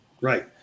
right